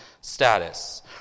status